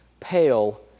pale